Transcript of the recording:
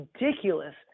ridiculous